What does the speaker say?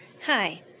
Hi